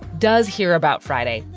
does hear about friday,